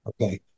Okay